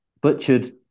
butchered